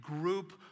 group